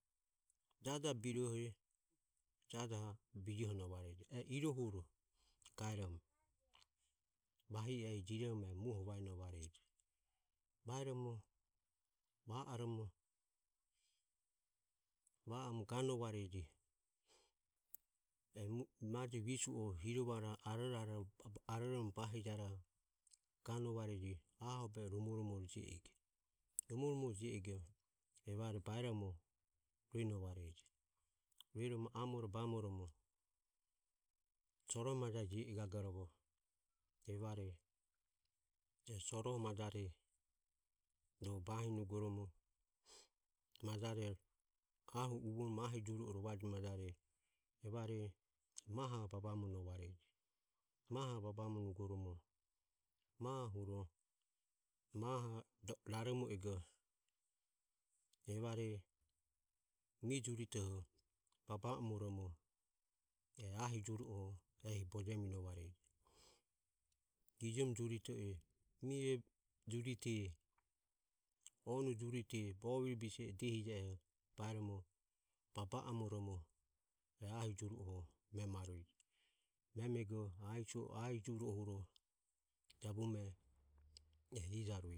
Bijiohonovare va o hiobare birohe hiobare bijiohonovare va o epue birohe epue bijiohonovare va o jajae birohe jajae bijohonovare e irohuro gaeromo vahi e jirehoromo e muoho vaenovareje. Vaeromo va oromo va oromo ganovare e majo visuoho e hirovoromo aroro arorormo bahijaroho ganovare aho obehe romoromorejio ego. Romoromorejio ego evare baeromo amore ruenovareje. Rueromo amore bamoromo soro majae jio egagorovo e soro majare ro bahinugoromo ahouvo ahi juru e rovaje majare evare mahoho babamonovareje. Mahoho babamonugoromo maho raromo ego evare mi juritoho baba amoromo e ahi juru oho bojeminovareje. Gijemu jurite mie jurite onu jurite bovi bise e diehije baeromo baba amoromo e ahijure memarueje. Memego e ahi jurohuro jabume e ijarueje.